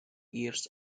years